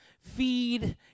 Feed